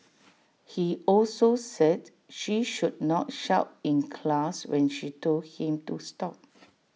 he also said she should not shout in class when she told him to stop